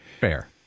fair